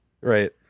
Right